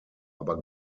aber